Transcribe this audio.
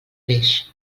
peix